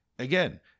Again